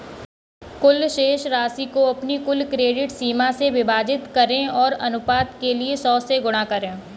कुल शेष राशि को अपनी कुल क्रेडिट सीमा से विभाजित करें और अनुपात के लिए सौ से गुणा करें